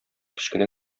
кечкенә